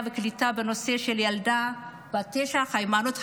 והקליטה בנושא של הילדה בת התשע היימנוט,